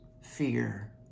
fear